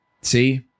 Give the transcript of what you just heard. see